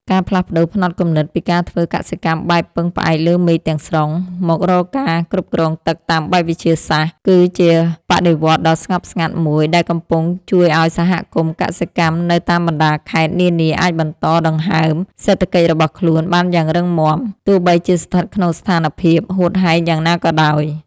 ការផ្លាស់ប្តូរផ្នត់គំនិតពីការធ្វើកសិកម្មបែបពឹងផ្អែកលើមេឃទាំងស្រុង មករកការគ្រប់គ្រងទឹកតាមបែបវិទ្យាសាស្ត្រ គឺជាបដិវត្តន៍ដ៏ស្ងប់ស្ងាត់មួយដែលកំពុងជួយឱ្យសហគមន៍កសិកម្មនៅតាមបណ្ដាខេត្តនានាអាចបន្តដង្ហើមសេដ្ឋកិច្ចរបស់ខ្លួនបានយ៉ាងរឹងមាំ ទោះបីជាស្ថិតក្នុងស្ថានភាពហួតហែងយ៉ាងណាក៏ដោយ។